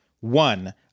one